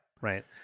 Right